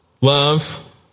Love